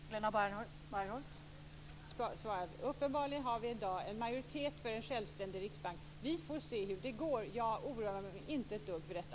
Fru talman! På det vill jag bara svara att vi i dag uppenbarligen har en majoritet för en självständig riksbank. Vi får se hur det går. Jag oroar mig inte ett dugg för detta.